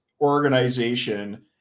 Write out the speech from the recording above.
organization